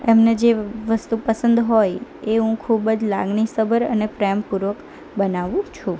એમને જે વસ્તુ પસંદ હોય એ હું ખૂબ જ લાગણીસભર અને પ્રેમપૂર્વક બનાવું છું